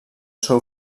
seu